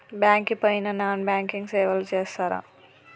Bank కి పోయిన non banking సేవలు చేస్తరా?